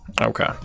okay